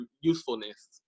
usefulness